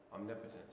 omnipotence